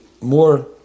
more